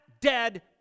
dead